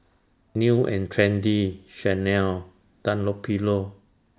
New and Trendy Chanel Dunlopillo